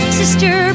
sister